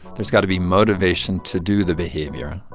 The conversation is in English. there's got to be motivation to do the behavior.